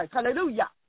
Hallelujah